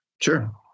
Sure